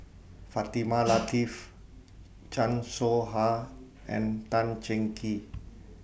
Fatimah Lateef Chan Soh Ha and Tan Cheng Kee